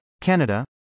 Canada